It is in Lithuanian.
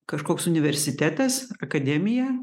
kažkoks universitetas akademija